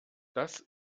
das